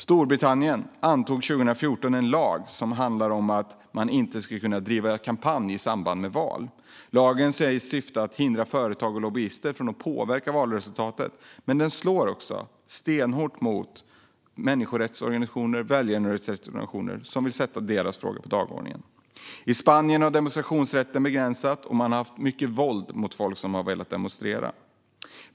Storbritannien antog 2014 en lag som handlar om att man inte ska kunna driva kampanjer i samband med val. Lagens syfte sägs vara att hindra företag och lobbyister från att påverka valresultatet, men den slår också stenhårt mot människorätts och välgörenhetsorganisationer som vill sätta sina frågor på dagordningen. I Spanien har demonstrationsrätten begränsats, och det har förekommit mycket våld mot människor som har velat demonstrera.